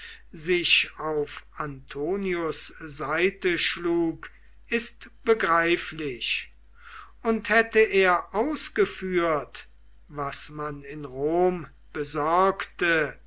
sich auf antonius seite schlug ist begreiflich und hätte er ausgeführt was man in rom besorgte